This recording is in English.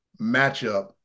matchup